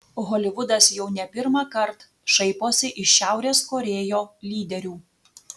holivudas jau ne pirmąkart šaiposi iš šiaurės korėjo lyderių